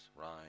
right